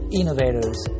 innovators